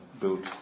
built